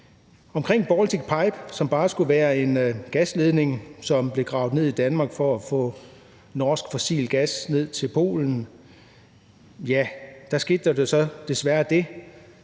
til Baltic Pipe, som bare skulle være en gasledning, som blev gravet ned i Danmark for at få norsk fossilgas ned til Polen, skete der desværre det,